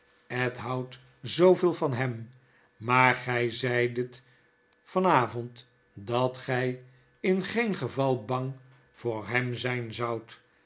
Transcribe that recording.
ed houdt zooveel van hem maar gy zeidet van avond dat gy in geen geval bang voor hem zyn zoudt